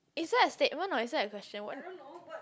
is that a statement or is that a question [what]